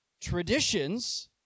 traditions